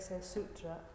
Sutra